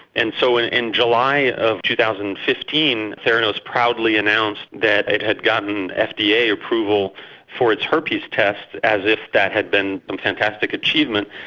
and so in in july of two thousand and fifteen, theranos proudly announced that it had gotten ah fda approval for its herpes test, as if that had been some fantastic achievement.